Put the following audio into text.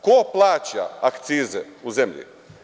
Ko plaća akcize u zemlji?